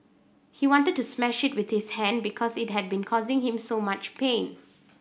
he wanted to smash it with his hand because it had been causing him so much pain